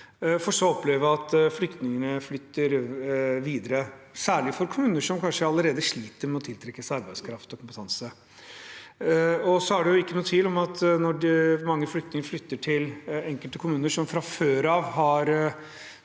for så å oppleve at flyktningene flytter videre, særlig kommuner som kanskje allerede sliter med å tiltrekke seg arbeidskraft og kompetanse. Det er ingen tvil om at når mange flyktninger flytter til enkelte kommuner som fra før av har